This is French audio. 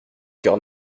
cœur